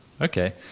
Okay